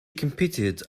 competed